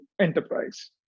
enterprise